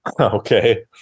Okay